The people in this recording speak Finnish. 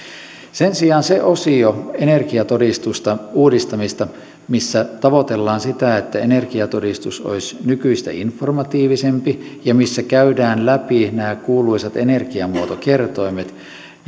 sen sijaan se osio energiatodistuksen uudistamisesta missä tavoitellaan sitä että energiatodistus olisi nykyistä informatiivisempi ja missä käydään läpi nämä kuuluisat energiamuotokertoimet